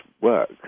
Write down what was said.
work